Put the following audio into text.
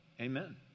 Amen